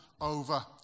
over